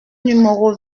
numéro